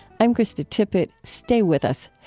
i'm krista tippett. stay with us.